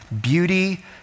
beauty